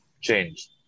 change